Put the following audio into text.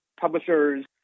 publisher's